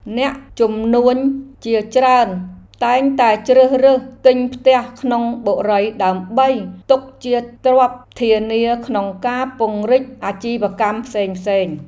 អ្នកជំនួញជាច្រើនតែងតែជ្រើសរើសទិញផ្ទះក្នុងបុរីដើម្បីទុកជាទ្រព្យធានាក្នុងការពង្រីកអាជីវកម្មផ្សេងៗ។